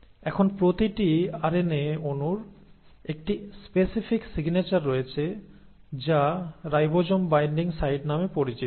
এখন প্রতিটি আরএনএ অণুর একটি স্পেসিফিক সিগনেচার রয়েছে যা রাইবোজোম বাইন্ডিং সাইট নামে পরিচিত